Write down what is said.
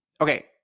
Okay